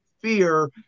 fear